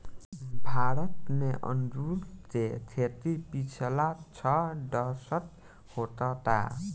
भारत में अंगूर के खेती पिछला छह दशक होखता